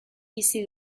bizi